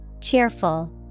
Cheerful